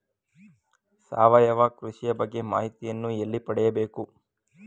ಸಾವಯವ ಕೃಷಿಯ ಬಗ್ಗೆ ಮಾಹಿತಿಯನ್ನು ಎಲ್ಲಿ ಪಡೆಯಬೇಕು?